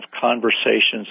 conversations